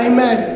Amen